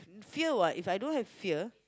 fear what If I don't have fear